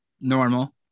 Normal